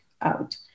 out